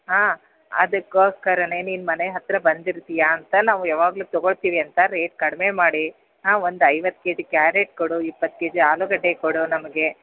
ಹಾಂ ಅದಕ್ಕೊಸ್ಕರನೇ ನೀನು ಮನೆ ಹತ್ತಿರ ಬಂದಿರ್ತೀಯ ಅಂತ ನಾವು ಯಾವಾಗಲು ತಗೋಳ್ತಿವಿ ಅಂತ ರೇಟ್ ಕಡಿಮೆ ಮಾಡಿ ಒಂದು ಐವತ್ತು ಕೆ ಜಿ ಕ್ಯಾರಟ್ ಕೊಡು ಇಪ್ಪತ್ತು ಕೆ ಜಿ ಆಲೂಗಡ್ಡೆ ಕೊಡು ನಮಗೆ